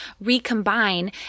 recombine